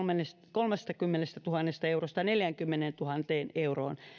kolmestakymmenestätuhannesta eurosta neljäänkymmeneentuhanteen euroon